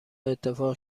اتفاق